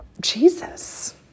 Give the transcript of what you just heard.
Jesus